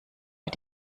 für